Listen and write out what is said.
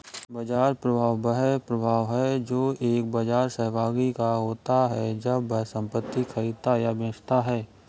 बाजार प्रभाव वह प्रभाव है जो एक बाजार सहभागी का होता है जब वह संपत्ति खरीदता या बेचता है